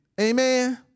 Amen